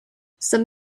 some